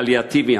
הפליאטיבי,